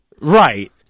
Right